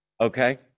okay